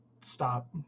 stop